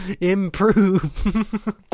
Improve